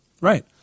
right